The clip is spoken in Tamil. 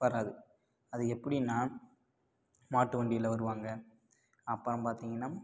வராது அது எப்படின்னா மாட்டு வண்டியில் வருவாங்க அப்புறம் பார்த்தீங்கன்னா